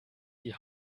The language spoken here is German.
die